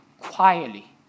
quietly